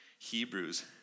Hebrews